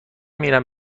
میرم